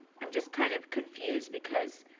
i'm just kind of confused because,